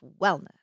wellness